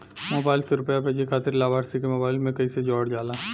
Mobile से रूपया भेजे खातिर लाभार्थी के मोबाइल मे कईसे जोड़ल जाला?